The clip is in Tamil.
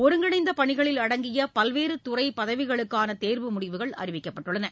ஒருங்கிணைந்த பனிகளில் அடங்கிய பல்வேறு துறை பதவிகளுக்கான தேர்வு முடிவுகள் அறிவிக்கப்பட்டுள்ளன